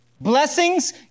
blessings